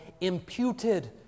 imputed